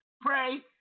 pray